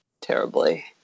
terribly